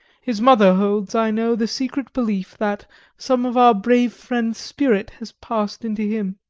his mother holds, i know, the secret belief that some of our brave friend's spirit has passed into him.